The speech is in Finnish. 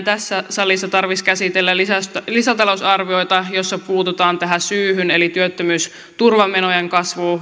tässä salissa tarvitsisi käsitellä lisätalousarvioita joissa puututaan tähän seuraukseen eli työttömyysturvamenojen kasvuun